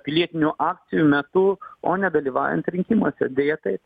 pilietinių akcijų metu o ne dalyvaujant rinkimuose deja taip